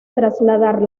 trasladar